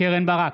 קרן ברק,